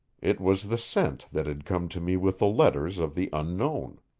it was the scent that had come to me with the letters of the unknown.